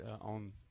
on